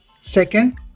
Second